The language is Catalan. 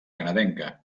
canadenca